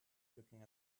looking